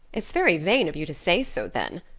it's very vain of you to say so then.